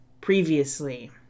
previously